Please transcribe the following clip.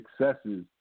successes